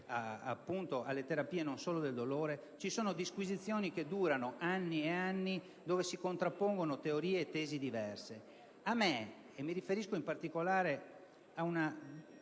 relative alle terapie, non solo del dolore, ci sono disquisizioni che durano anni e anni, dove si contrappongono teorie e tesi diverse. Non mi interessa questo (e mi riferisco in particolare ad una